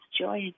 joy